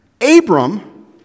Abram